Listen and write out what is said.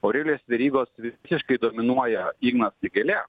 aurelijaus verygos visiškai dominuoja ignas vėgėlė